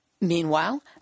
Meanwhile